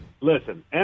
Listen